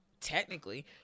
technically